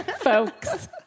folks